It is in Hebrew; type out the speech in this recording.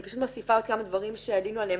אני פשוט מוסיפה עוד כמה דברים שעלינו עליהם